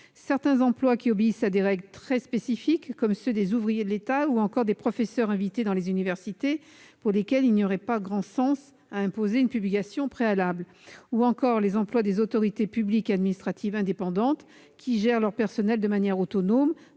certains emplois qui obéissent à des règles très spécifiques, comme ceux des ouvriers de l'État ou encore des professeurs invités dans les universités, pour lesquels il n'y aurait pas grand sens à imposer une publication préalable ; ou encore les emplois des autorités publiques et administratives indépendantes, qui gèrent leur personnel de manière autonome,